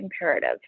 imperative